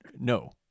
no